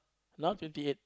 now twenty eight